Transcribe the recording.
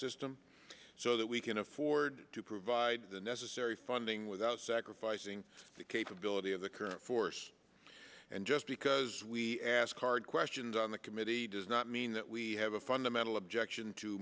system so that we can afford to provide the necessary funding without sacrificing the capability of the current force and just because we ask hard questions on the committee does not mean that we have a fundamental objection to